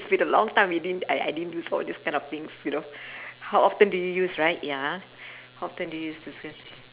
it's been a long time we didn't I I didn't use all these kind of things you know how often do you use right ya how often do you use to s~